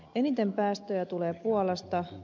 eniten päästöjä tulee puolasta